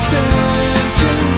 attention